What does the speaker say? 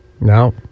No